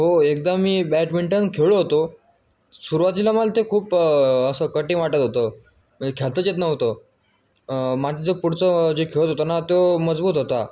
हो एकदा मी बॅडमिंटन खेळलो होतो सुरुवातीला मला ते खूप असं कठीण वाटत होतं खेळताच नव्हतं माझ्या जो पुढचं जो खेळत होता ना तो मजबूत होता